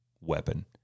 weapon